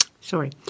sorry